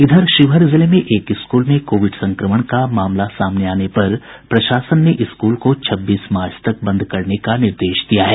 इधर शिवहर जिले में एक स्कूल में कोविड संक्रमण का मामला सामने आने पर प्रशासन ने स्कूल को छब्बीस मार्च तक बंद करने के निर्देश दिये हैं